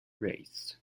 race